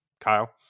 Kyle